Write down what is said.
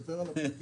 תספר על הפקקים.